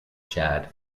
chad